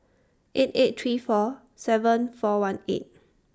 eight eight three four seven four one eight